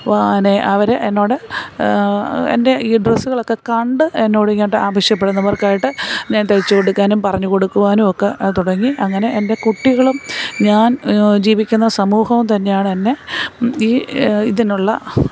പിന്നെ അവർ എന്നോട് എൻ്റെ ഈ ഡ്രസ്സുകളൊക്കെ കണ്ട് എന്നോടിങ്ങോട്ട് ആവശ്യപ്പെടുന്നവർക്കായിട്ട് ഞാൻ തയ്ച്ച് കൊടുക്കാനും പറഞ്ഞ് കൊടുക്കുവാനും ഒക്കെ തുടങ്ങി അങ്ങനെ എൻ്റെ കുട്ടികളും ഞാൻ ജീവിക്കുന്ന സമൂഹവും തന്നെയാണെന്നെ ഈ ഇതിനുള്ള